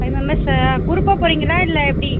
five members குரூப்பாக போகிறீங்களா இல்லை எப்படி